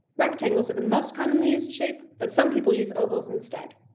rectangles are the most commonly used shape, but some people use ovals instead.